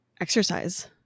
exercise